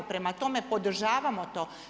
Prema tome, podržavamo to.